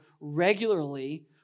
regularly